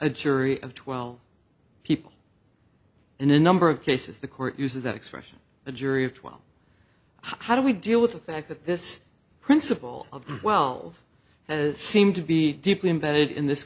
a jury of twelve people in a number of cases the court uses that expression a jury of twelve how do we deal with the fact that this principle of twelve has seemed to be deeply embedded in this